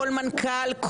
כל מנכ"ל,